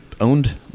owned